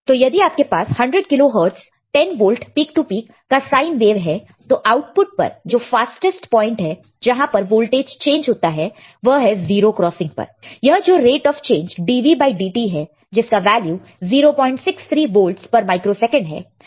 तो यदि आपके पास 10 kilo hertz 10 volt peak to peak का साईन वेव है तो आउटपुट पर जो फास्टेस्ट पॉइंट है जहां पर वोल्टेज चेंज होता है वह है जीरो क्रॉसिंग पर यह जो रेट ऑफ चेंज dVdt है जिसका वैल्यू 063 वोल्टस पर माइक्रो सेकंड है